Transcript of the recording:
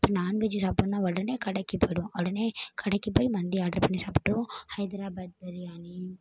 இப்போ நான்வெஜ் சாப்புட்னுனா உடனே கடைக்கி போய்டுவோம் உடனே கடைக்கி போய் மந்தி ஆர்ட்ரு பண்ணி சாப்பிட்ருவோம் ஹைதராபாத் பிரியாணி